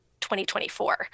2024